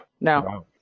No